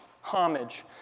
homage